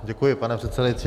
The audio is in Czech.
Děkuji, pane předsedající.